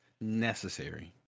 necessary